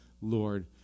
Lord